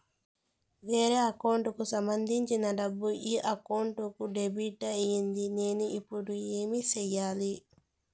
వేరే అకౌంట్ కు సంబంధించిన డబ్బు ఈ అకౌంట్ కు డెబిట్ అయింది నేను ఇప్పుడు ఏమి సేయాలి